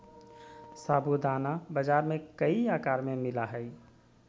साबूदाना बाजार में कई आकार में मिला हइ